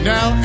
Now